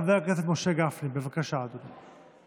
חבר הכנסת משה גפני, בבקשה, אדוני.